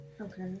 Okay